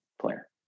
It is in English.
player